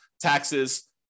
taxes